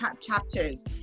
chapters